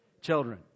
Children